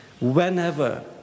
whenever